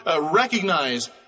recognize